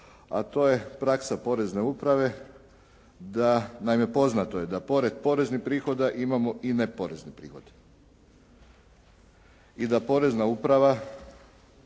a to je praksa porezne uprave da, naime poznato je da pored poreznih prihoda imamo i neporezne prihode. I da porezna uprava